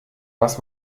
was